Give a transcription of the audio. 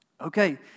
Okay